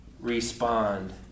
respond